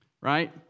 right